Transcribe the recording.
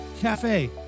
Cafe